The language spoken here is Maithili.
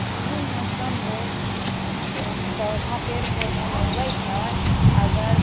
विभिन्न मौसममे जे पौधा पेड़ पौधा लगबैत छै अगर